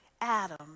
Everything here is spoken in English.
Adam